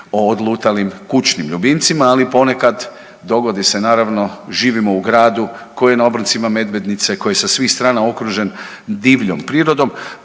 o odlutalim kućnim ljubimcima, ali ponekad dogodi se naravno živimo u gradu koji je na obroncima Medvednice, koji je sa svih strana okružen divljom prirodom,